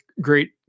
great